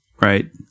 Right